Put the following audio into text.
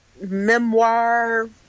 memoir